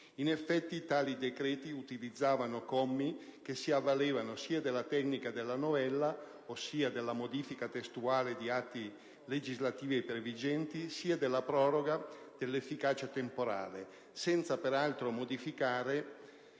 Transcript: In effetti, tali decreti utilizzavano commi che si avvalevano sia della tecnica della novella (ossia della modifica testuale di atti legislativi previgenti) sia della proroga dell'efficacia temporale, senza peraltro modificare